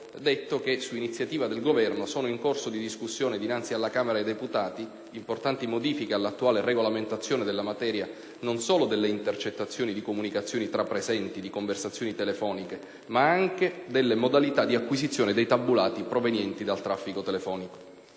detto che, su iniziativa del Governo, sono in corso di discussione dinanzi alla Camera dei deputati importanti modifiche all'attuale regolamentazione della materia non solo delle intercettazioni di comunicazioni tra presenti di conversazioni telefoniche, ma anche delle modalità di acquisizione dei tabulati provenienti dal traffico telefonico.